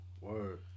Word